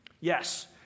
Yes